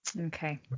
Okay